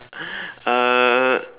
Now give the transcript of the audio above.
uh